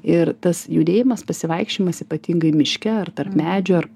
ir tas judėjimas pasivaikščiojimas ypatingai miške ar tarp medžių ar